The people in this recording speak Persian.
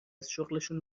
ازشغلشون